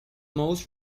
most